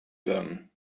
lernen